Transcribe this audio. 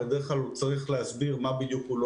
בדרך כלל הוא צריך להסביר מה בדיוק הוא לא